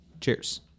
Cheers